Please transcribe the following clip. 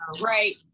right